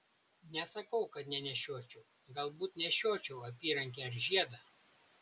nesakau kad nenešiočiau galbūt nešiočiau apyrankę ar žiedą